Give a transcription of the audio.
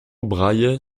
braillaient